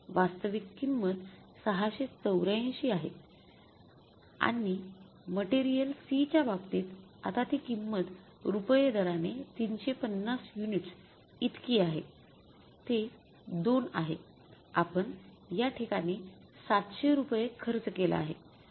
वास्तविक किंमत ६८४ आणि मटेरियल C च्या बाबतीत आता ती किंमत रुपये दराने ३५० युनिट्स इतकी आहेते 2 आहेआपण याठिकाणी ७०० रूपये खर्च केला आहे